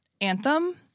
anthem